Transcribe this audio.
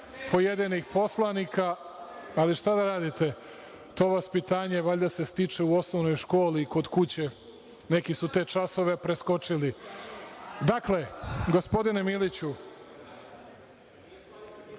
pojedinih poslanika, ali šta da radite, to vaspitanje valjda se stiče u osnovnoj školi, kod kuće, neki su te časove preskočili. Dakle, gospodine Miliću,